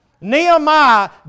Nehemiah